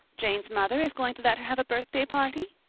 jane's mother is going to let her have a birthday party?